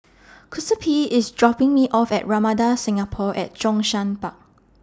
Giuseppe IS dropping Me off At Ramada Singapore At Zhongshan Park